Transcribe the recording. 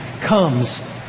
comes